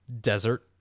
desert